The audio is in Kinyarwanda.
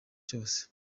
cyose